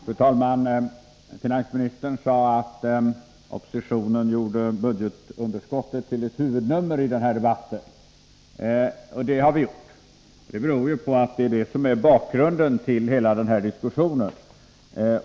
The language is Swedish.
Fru talman! Finansministern sade att oppositionen gjorde budgetunderskottet till ett huvudnummer i den här debatten, och det har vi gjort. Det beror på att det är detta som är bakgrunden till hela den här diskussionen.